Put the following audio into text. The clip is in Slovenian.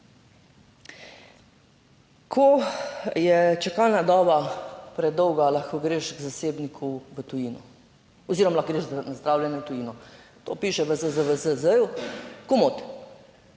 Ko je čakalna doba predolga, lahko greš k zasebniku v tujino oziroma lahko greš na zdravljenje v tujino, to piše v ZZZSZ. Komot,